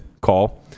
call